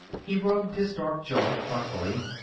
he rubbed his dark jaw thoughtfully.